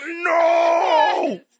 no